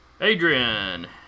Adrian